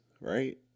right